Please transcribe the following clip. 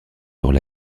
eurent